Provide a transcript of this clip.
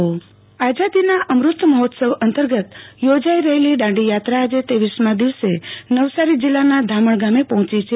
દાંડીયાત્રા આઝાદોના અમૃત મહોત્સવ અંતર્ગત યોજાઈ રહેલી દાંડીયાત્રા આજે ત્રેવીસમાં દિવસે નવસારી જિલ્લાના ધામણ ગામે પહોંચી છે